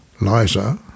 Liza